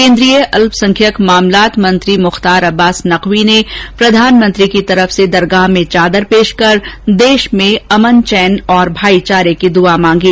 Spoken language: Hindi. केन्द्रीय अल्पसंख्यक मामलात मंत्री मुख्तार अब्बास नकवी ने प्रधानमंत्री की तरफ से दरगाह में चादर पेश कर देश में अमन चैन और भाईचारे की दुआ मांगी